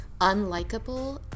unlikable